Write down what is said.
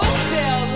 Hotel